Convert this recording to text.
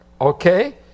okay